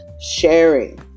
sharing